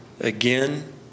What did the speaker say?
again